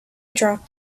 dropped